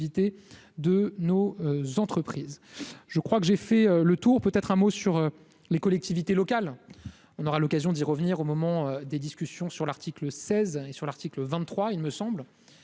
je crois que j'ai fait le tour, peut être un mot sur les collectivités locales, on aura l'occasion d'y revenir au moment des discussions sur l'article 16 et sur l'article 23 il me semble,